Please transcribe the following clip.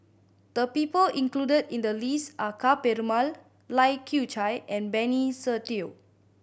the people included in the list are Ka Perumal Lai Kew Chai and Benny Se Teo